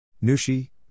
Nushi